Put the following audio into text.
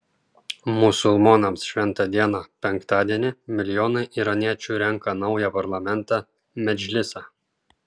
musulmonams šventą dieną penktadienį milijonai iraniečių renka naują parlamentą medžlisą